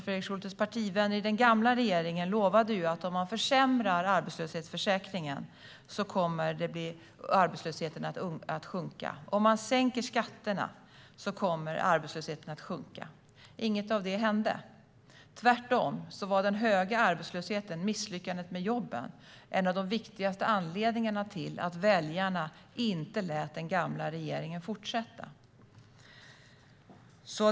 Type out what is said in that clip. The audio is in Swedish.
Fredrik Schultes partivänner i den gamla regeringen lovade ju att om man försämrade arbetslöshetsförsäkringen skulle arbetslösheten sjunka. Om man sänkte skatterna skulle arbetslösheten sjunka. Inget av detta hände. Tvärtom var den höga arbetslösheten och misslyckandet med jobben en av de viktigaste anledningarna till att väljarna inte lät den gamla regeringen fortsätta.